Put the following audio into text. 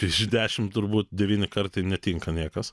iš dešimt turbūt devyni kartai netinka niekas